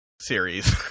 series